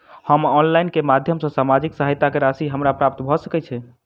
हम ऑनलाइन केँ माध्यम सँ सामाजिक सहायता केँ राशि हमरा प्राप्त भऽ सकै छै?